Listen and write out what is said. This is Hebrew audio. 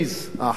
האח"מים,